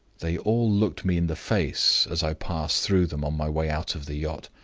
they all looked me in the face as i passed through them on my way out of the yacht,